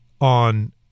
on